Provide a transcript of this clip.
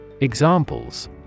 Examples